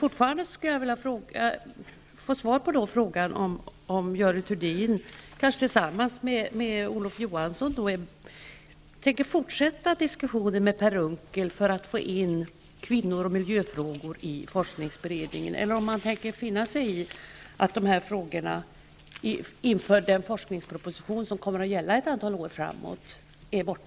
Fortfarande vill jag ha svar på frågan om Görel Thurdin, kanske tillsammans med Olof Johansson, tänker fortsätta diskussionen med Per Unckel för att få in kvinnor och miljöfrågor i forskningsberedningen, eller om man tänker finna sig i att dessa frågor är borta inför den forskning som enligt propositionen kommer att gälla ett antal år framåt.